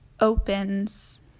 opens